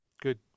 Good